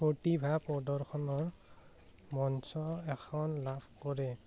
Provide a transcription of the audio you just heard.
প্ৰতিভা প্ৰদৰ্শনৰ মঞ্চ এখন লাভ কৰে